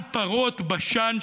על פרות בשן,